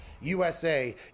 USA